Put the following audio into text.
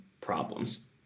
problems